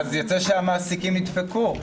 אז יוצא שהמעסיקים נדפקו,